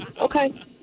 okay